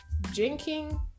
drinking